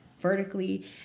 vertically